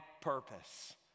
purpose